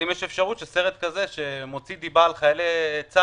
האם יש אפשרות שסרט דוקומנטרי כזה שמוציא דיבה על חיילי צה"ל,